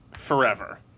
forever